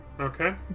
Okay